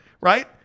Right